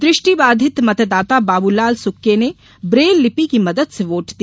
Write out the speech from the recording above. दृष्टि बाधित मतदाता बाबूलाल सुक्के ने ब्रेल लिपि की मदद से वोट दिया